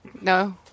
No